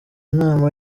nama